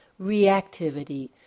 reactivity